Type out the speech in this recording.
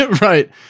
Right